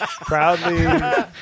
proudly